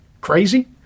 crazy